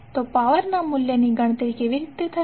તો પાવર ના મૂલ્યની ગણતરી કેવી રીતે થશે